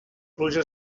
pluja